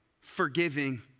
forgiving